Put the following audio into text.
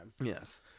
Yes